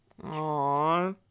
Aw